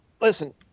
Listen